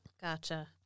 Gotcha